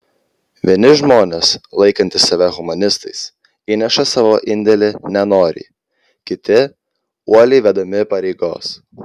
vieni žmonės laikantys save humanistais įneša savo indėlį nenoriai kiti uoliai vedami pareigos